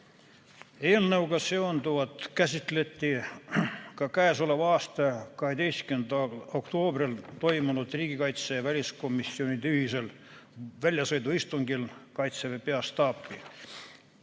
Eelnõuga seonduvat käsitleti ka k.a 12. oktoobril toimunud riigikaitse- ja väliskomisjoni ühisel väljasõiduistungil Kaitseväe Peastaapi,